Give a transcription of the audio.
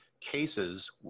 cases